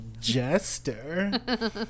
jester